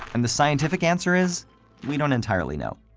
and the scientific answer is we don't entirely know.